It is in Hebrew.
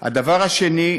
הדבר השני,